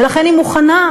ולכן היא מוכנה,